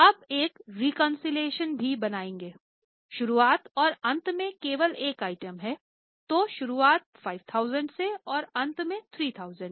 हम एक रेकन्सीलिएशन भी बनाएंगऐ शुरुआत और अंत में केवल एक आइटम है तो शुरुआत 5000 है और अंत में 3000 है